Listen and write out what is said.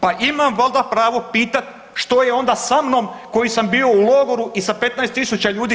Pa imam valjda pravo pitati što je onda sa mnom koji sam bio u logoru i sa 15000 ljudi.